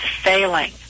failing